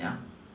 ya